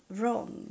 wrong